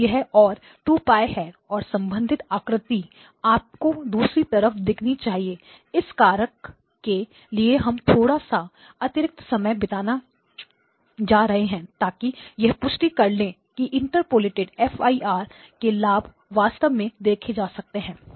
अब यह 32 और 2π है और संबंधित आकृति आपको दूसरी तरफ दिखनी चाहिए इस कारण के लिए हम थोड़ा सा अतिरिक्त समय बिताने जा रहे हैं ताकि यह पुष्टि कर ले कि इंटरपोलेटेड एफ आई आर के लाभ वास्तव में देखे जा सकते हैं